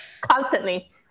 Constantly